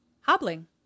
Hobbling